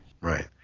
Right